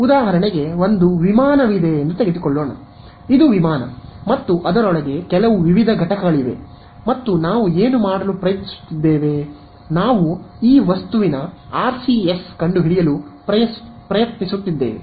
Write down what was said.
ಉದಾಹರಣೆಗೆ ವಿಮಾನವಿದೆ ಇದು ವಿಮಾನ ಮತ್ತು ಅದರೊಳಗೆ ಕೆಲವು ವಿವಿಧ ಘಟಕಗಳಿವೆ ಮತ್ತು ನಾವು ಏನು ಮಾಡಲು ಪ್ರಯತ್ನಿಸುತ್ತಿದ್ದೇವೆ ನಾವು ಈ ವಸ್ತುವಿನ ಆರ್ಸಿಎಸ್ ಕಂಡುಹಿಡಿಯಲು ಪ್ರಯತ್ನಿಸುತ್ತಿದ್ದೇವೆ